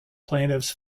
plaintiffs